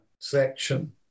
section